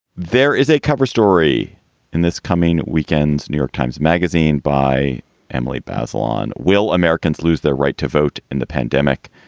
there is a cover story in this coming weekend. new york times magazine by emily passell on will americans lose their right to vote in the pandemic?